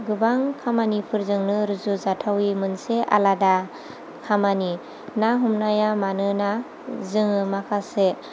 गोबां खामानिफोरजोंनो रुजुजाथावै मोनसे आलादा खामानि ना हमनाया मानोना जोङो माखासे